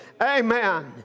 Amen